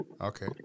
Okay